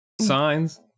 Signs